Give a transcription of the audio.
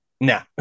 no